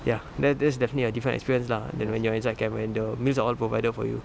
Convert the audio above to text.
ya that that's definitely a different experience lah then when you are inside camp when the meals are all provided for you